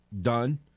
done